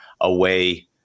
away